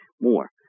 more